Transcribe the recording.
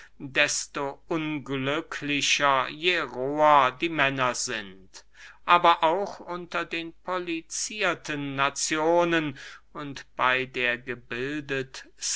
desto unglücklicher je roher die männer sind aber auch unter den polizierten nazionen und bey der